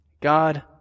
God